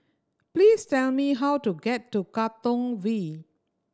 please tell me how to get to Katong V